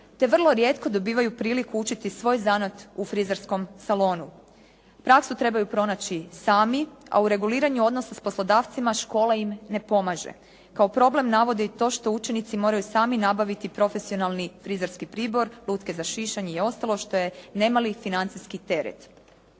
te vrlo rijetko dobivaju priliku učiti svoj zanat u frizerskom salonu. Praksu trebaju pronaći sami, a u reguliranju odnosa s poslodavcima, škola im ne pomaže. Kao problem navode i to što učenici moraju sami nabaviti profesionalni frizerski pribor, lutke za šišanje i ostalo, što je nemali financijski teret.